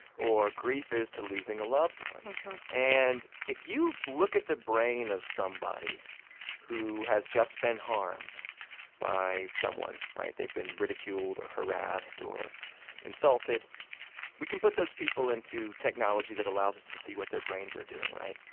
or grief is to losing a loved one mm-hmm and if you look at the brain of somebody who has just been harmed by someone, right, they've been ridiculed or harassed or insulted we can put those people into technology that allows us to to see what their brains are doing, right?